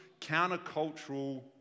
countercultural